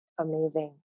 Amazing